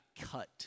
cut